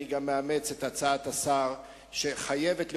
אני גם מאמץ את הצעת השר שחייבת להיות,